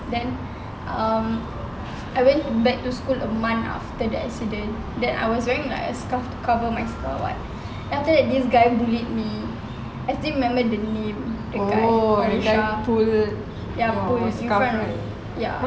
then um I went back to school a month after the accident then I was wearing like a scarf to cover my skull [what] then after that this guy bullied me I still remember the name the guy ya pull in front [what] ya